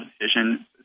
decision